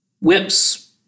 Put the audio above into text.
whips